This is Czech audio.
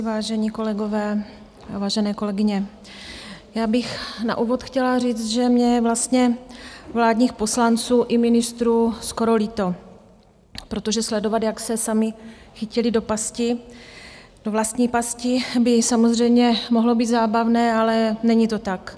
Vážení kolegové, vážené kolegyně, já bych na úvod chtěla říct, že mně je vlastně vládních poslanců i ministrů skoro líto, protože sledovat, jak se sami chytili do vlastní pasti, by samozřejmě mohlo být zábavné, ale není to tak.